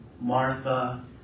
Martha